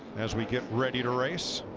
as we get ready to race.